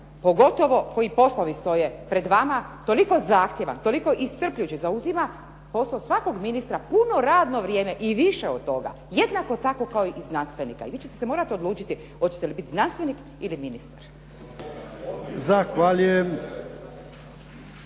pogotovo koji poslovi stoje pred vama, toliko zahtjevan, toliko iscrpljujući, zauzima posao svakog ministra puno radno vrijeme i više od toga, jednako tako kao i znanstvenika. I vi ćete se morati odlučiti hoćete li biti znanstvenik ili ministar. **Jarnjak,